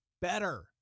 better